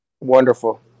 Wonderful